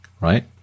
Right